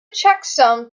checksum